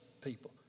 people